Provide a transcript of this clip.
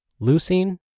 leucine